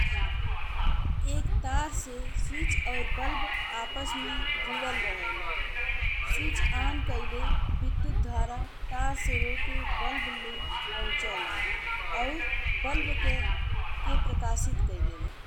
एक तार से स्विच और बल्ब आपस में जुड़ा रहले। स्विच ऑन कइले विद्युत धारा तार से होके बल्ब ले पहुचेला और बल्ब कइ के प्रकाशित कइ देला।